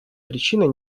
причиной